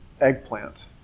eggplant